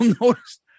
notice